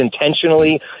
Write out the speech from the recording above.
intentionally